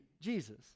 jesus